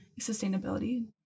sustainability